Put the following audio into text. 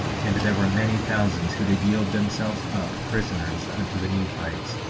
and there were many thousands who did yield themselves up prisoners unto the nephites,